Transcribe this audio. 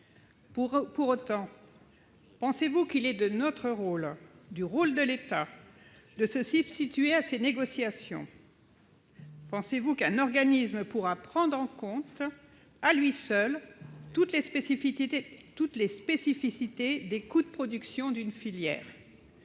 Pour autant, pensez-vous qu'il est de notre rôle, du rôle de l'État, de se substituer à ces négociations ? Pensez-vous qu'un organisme pourra prendre en compte à lui seul toutes les spécificités des coûts de production d'une filière ?